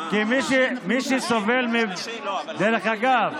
כי מי שסובל, דרך אגב,